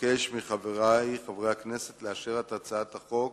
אבקש מחברי חברי הכנסת לאשר את הצעת החוק